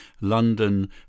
London